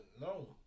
no